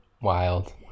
Wild